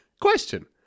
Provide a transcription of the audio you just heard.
Question